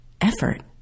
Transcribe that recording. effort